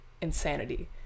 insanity